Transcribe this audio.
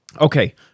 Okay